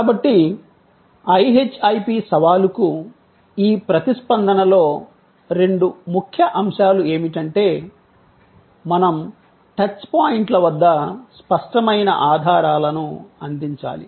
కాబట్టి IHIP సవాలుకు ఈ ప్రతిస్పందనలో రెండు ముఖ్య అంశాలు ఏమిటంటే మనం టచ్ పాయింట్ల వద్ద స్పష్టమైన ఆధారాలను అందించాలి